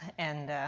and